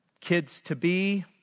kids-to-be